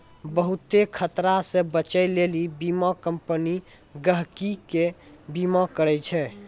बहुते खतरा से बचै लेली बीमा कम्पनी गहकि के बीमा करै छै